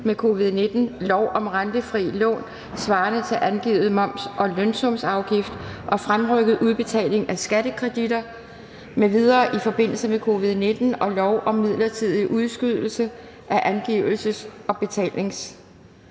med covid-19, lov om rentefrie lån svarende til angivet moms og lønsumsafgift og fremrykket udbetaling af skattekreditter m.v. i forbindelse med covid-19 og lov om midlertidig udskydelse af angivelses- og betalingsfrister